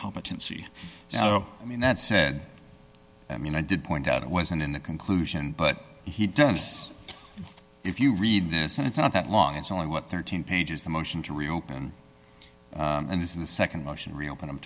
competency so i mean that said i mean i did point out it wasn't in the conclusion but he does if you read this and it's not that long it's only what thirteen pages the motion to reopen and this is the nd motion reopen i'm